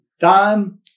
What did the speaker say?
time